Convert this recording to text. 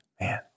man